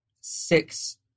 six